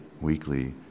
weekly